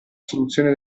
soluzione